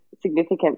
significant